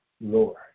Lord